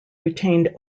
retained